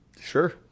sure